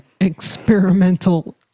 experimental